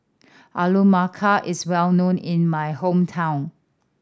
Alu Matar is well known in my hometown